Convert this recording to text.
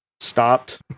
stopped